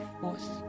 force